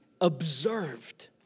observed